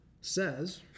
says